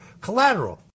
collateral